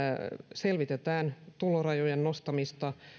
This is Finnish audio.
selvitetään tulorajojen nostamista